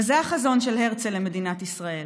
וזה החזון של הרצל למדינת ישראל,